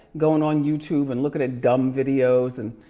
going on youtube and looking at dumb videos and